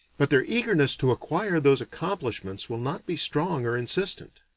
but their eagerness to acquire those accomplishments will not be strong or insistent.